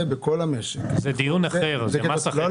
זה דיון אחר, זה מס אחר.